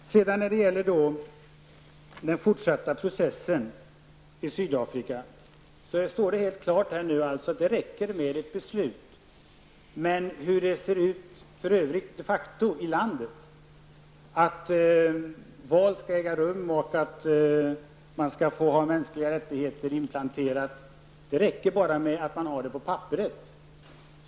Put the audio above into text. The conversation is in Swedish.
När det sedan gäller den fortsatta processen i Sydafrika står det helt klart att det enligt moderaterna räcker med ett beslut. Men hur det ser ut för övrigt de facto i Sydafrika är inte viktigt. Det räcker att det finns på papperet att val har ägt rum och att mänskliga rättigheter är implementerade.